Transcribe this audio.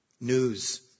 News